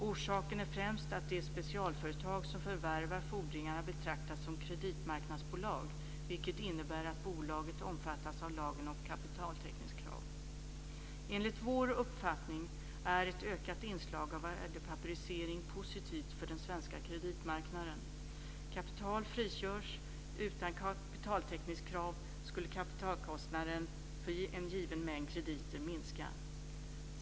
Orsaken är främst att de specialföretag som förvärvar fordringarna betraktas som kreditmarknadsbolag, vilket innebär att bolaget omfattas av lagen om kapitaltäckningskrav. Enligt vår uppfattning är ett ökat inslag av värdepapperisering positivt för den svenska kreditmarknaden. Kapital frigörs, och utan kapitaltäckningskrav skulle kapitalkostnaden för en given mängd krediter minska.